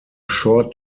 short